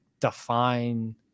define